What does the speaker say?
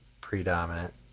predominant